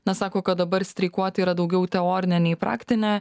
na sako kad dabar streikuot yra daugiau teorinė nei praktinė